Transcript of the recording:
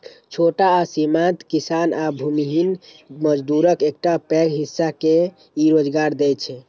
छोट आ सीमांत किसान आ भूमिहीन मजदूरक एकटा पैघ हिस्सा के ई रोजगार दै छै